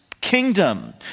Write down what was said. kingdom